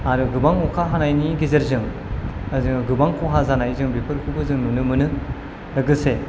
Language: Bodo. आरो गोबां अखा हानायनि गेजेरजों जों गोबां खहा जानाय जों बेफोरखौ जों नुनो मोनो लोगोसे